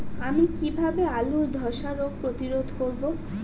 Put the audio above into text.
আমি কিভাবে আলুর ধ্বসা রোগ প্রতিরোধ করব?